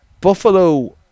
Buffalo